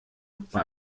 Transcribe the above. bei